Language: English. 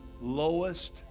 lowest